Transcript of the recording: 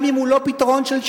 גם אם הוא לא פתרון של שלום.